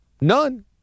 None